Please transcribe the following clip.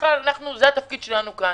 זה תפקידנו כאן.